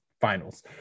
finals